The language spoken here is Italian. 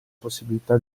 possibilità